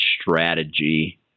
strategy